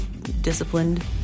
Disciplined